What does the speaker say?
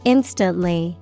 Instantly